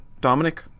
Dominic